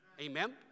Amen